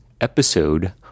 episode